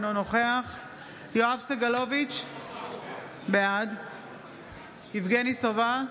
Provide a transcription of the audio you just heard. אינו נוכח יואב סגלוביץ' בעד יבגני סובה,